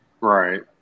Right